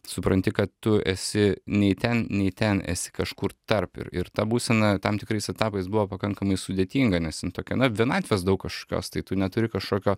supranti kad tu esi nei ten nei ten esi kažkur tarp ir ir ta būsena tam tikrais etapais buvo pakankamai sudėtinga nes jin tokia na vienatvės daug kažkokios tai tu neturi kažkokio